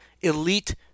elite